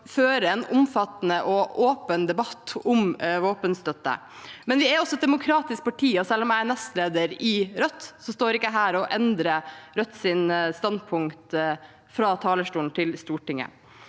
som fører en omfattende og åpen debatt om våpenstøtte. Vi er også et demokratisk parti, og selv om jeg er nestleder i Rødt, står jeg ikke her og endrer Rødts standpunkt fra Stortingets